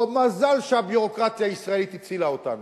מזל שהביורוקרטיה הישראלית הצילה אותנו.